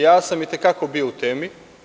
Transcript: Ja sam i te kako bio u temi.